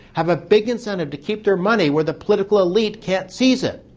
have a big incentive to keep their money where the political elite can't seize it.